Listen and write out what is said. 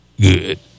good